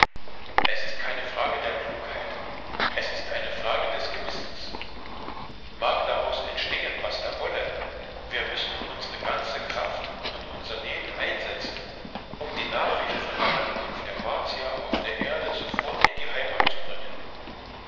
es ist keine frage der klugheit es ist eine frage des gewissens mag daraus entstehen was da wolle wir müssen unsre ganze kraft und unser leben einsetzen um die nachricht von der ankunft der martier auf der erde sofort in die heimat zu bringen